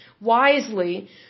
wisely